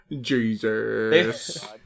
Jesus